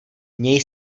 měj